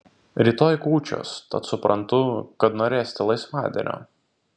rytoj kūčios tad suprantu kad norėsite laisvadienio